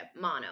mono